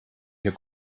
hier